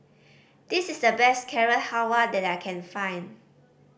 this is the best Carrot Halwa that I can find